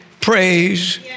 praise